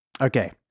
Okay